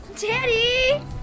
Daddy